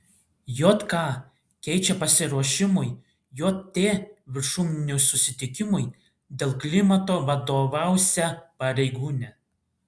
jk keičia pasiruošimui jt viršūnių susitikimui dėl klimato vadovausią pareigūnę